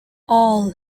all